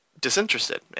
disinterested